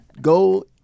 go